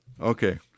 Okay